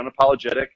unapologetic